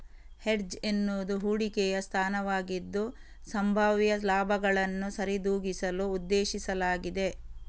hedge ಎನ್ನುವುದು ಹೂಡಿಕೆಯ ಸ್ಥಾನವಾಗಿದ್ದು, ಸಂಭಾವ್ಯ ಲಾಭಗಳನ್ನು ಸರಿದೂಗಿಸಲು ಉದ್ದೇಶಿಸಲಾಗಿದೆ